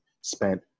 spent